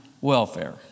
welfare